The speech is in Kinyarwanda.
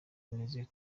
nizeye